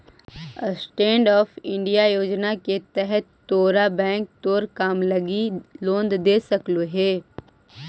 stand up India योजना के तहत तोरा बैंक तोर काम लागी लोन दे सकलो हे